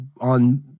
on